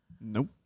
Nope